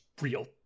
real